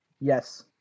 Yes